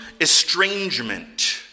estrangement